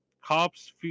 Cops